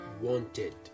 wanted